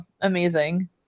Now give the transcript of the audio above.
amazing